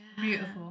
beautiful